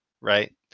right